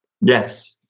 Yes